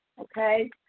okay